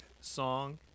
song